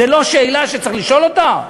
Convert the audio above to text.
זו לא שאלה שצריך לשאול אותה?